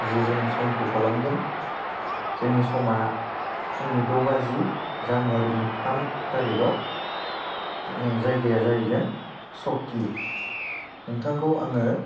जि जों समखौ खालामगोन जोंनि समआ फुंनि द' बाजि जानुवारिनि थाम थारिकआव जों जायगाया जाहैगोन सकि नोंथांखौ आङो